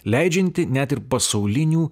leidžianti net ir pasaulinių